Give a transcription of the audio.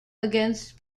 against